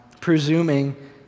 presuming